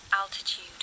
Altitude